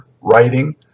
writing